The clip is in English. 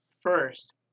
First